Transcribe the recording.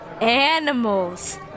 animals